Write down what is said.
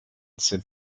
sind